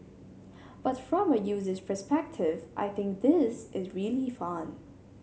but from a user's perspective I think this is really fun